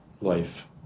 life